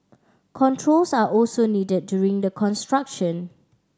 controls are also needed during the construction